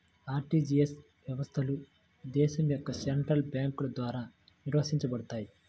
RTGS వ్యవస్థలు దేశం యొక్క సెంట్రల్ బ్యేంకుల ద్వారా నిర్వహించబడతయ్